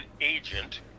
agent